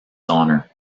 honor